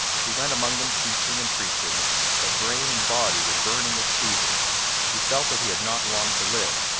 he went among them teaching and preaching but brain and body were burning with fever he felt that he had not long to live,